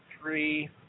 three